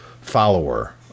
follower